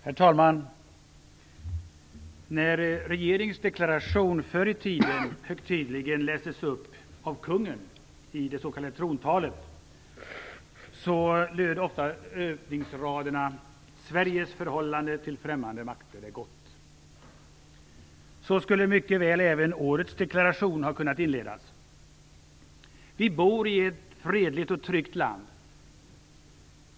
Herr talman! När regeringens deklaration förr i tiden högtidligen lästes upp av kungen, i det s.k. trontalet, löd ofta öppningsraderna: "Sveriges förhållande till främmande makter är gott." Så skulle mycket väl även årets deklaration ha kunnat inledas. Vi bor i ett fredligt och tryggt land.